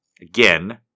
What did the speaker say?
Again